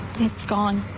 it's gone.